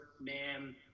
ma'am